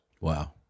Wow